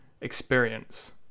experience